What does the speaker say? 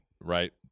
right